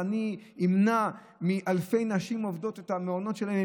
אני אמנע מאלפי נשים עובדות את המעונות שלהן.